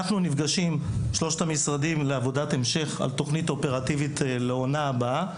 שלושת המשרדים נפגשים לעבודת המשך על תכנית אופרטיבית לעונה הבאה.